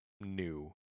new